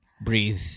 Breathe